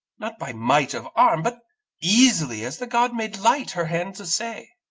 not by might of arm, but easily, as the god made light her hand's essay.